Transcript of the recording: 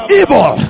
evil